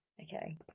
Okay